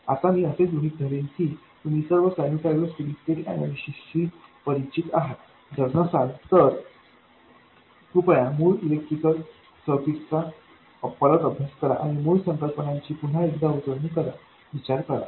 आता मी असे गृहित धरेन की तुम्ही सर्व सायनुसॉइडल स्टेडी स्टेट अनैलिसिस शी परिचित आहात जर नसाल तर कृपया मूळ इलेक्ट्रिकल सर्किट्स चा परत अभ्यास करा आणि मूळ संकल्पनांची पुन्हा एकदा उजळणी करा विचार करा